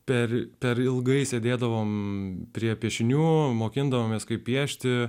per per ilgai sėdėdavome prie piešinių mokindavomės kaip piešti